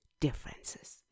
differences